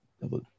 double